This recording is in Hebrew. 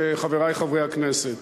הודעתי שזה עובר לוועדת הכלכלה של הכנסת.